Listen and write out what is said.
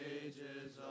ages